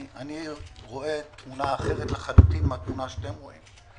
אני רואה תמונה אחרת לחלוטין מהתמונה שאתם רואים.